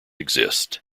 exist